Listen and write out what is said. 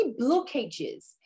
blockages